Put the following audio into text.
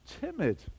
timid